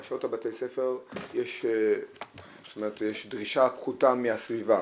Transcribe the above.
בשעות של בתי הספר יש דרישה פחותה מהסביבה,